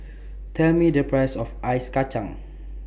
Tell Me The Price of Ice Kachang